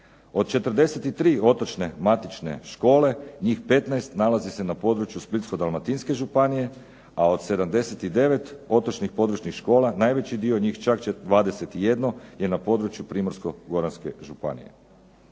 Od 43 otočne matične škole njih 15 nalazi se na području Splitsko-dalmatinske županije, a od 79 otočnih područnih škola najveći dio njih, čak 21 je na području Primorsko-goranske županije.